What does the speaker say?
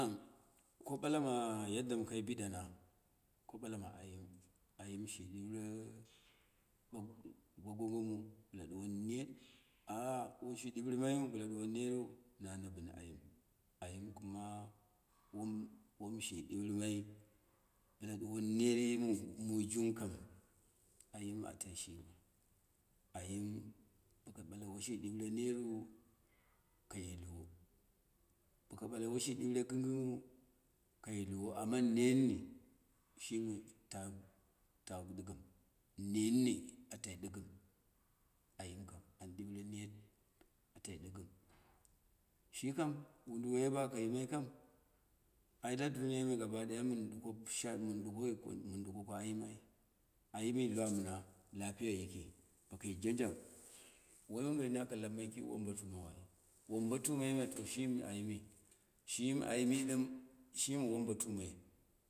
Ko bwana yaddamkai biɗana ko ɓalama ayim, ayim shi ɗire bogo ngo mu bɨla duwon net noshi dɨri mayu bɨla ɗuwon neru, na na bɨn ɗuwon ner yi mu jing kam, ayim a tai shimi, ayim bola woshi ɗireu la ye hiwo, boka bale woshi diure gɨginghu kaye hiwo, amma nanni shimita ko ɗɨkɨm, nenni a tai a ko ɗɨkɨm, ayim kam, an diure net a tai ɗɨkɨm, shikam woduwoi ba kayimai kam aidai duniyai me gabaɗaya mɨn ɗuko, sha mɨn dukui mɨn ɗuko ko ayin ai, ayi mi lwa mɨna lapuja yiki, bakai janjang woi woduwoi nin da lanmai ki wombo tuman ai wombo tum aime to shimi ayinu, shimi ayimi ɗɨm, shimi wombotumai.